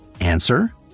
Answer